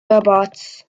robots